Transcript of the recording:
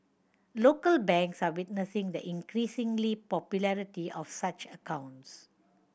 local banks are witnessing the increasing popularity of such accounts